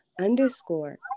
underscore